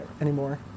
anymore